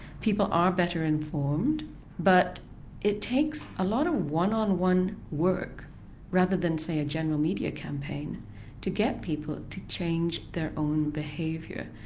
people are better informed but it takes a lot of one on one work rather than say a general media campaign to get people to change their own behaviour.